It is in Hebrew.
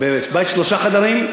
בית של שלושה חדרים.